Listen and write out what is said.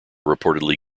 reportedly